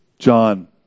John